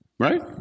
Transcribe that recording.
right